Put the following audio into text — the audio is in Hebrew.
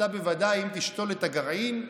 אם תשתול את הגרעין,